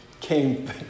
came